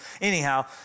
anyhow